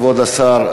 כבוד השר,